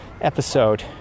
episode